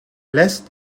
lässt